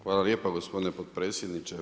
Hvala lijepo gospodine potpredsjedniče.